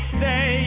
say